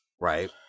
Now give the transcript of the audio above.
right